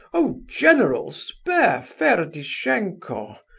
oh general, spare ferdishenko!